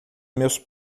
meus